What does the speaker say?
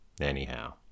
Anyhow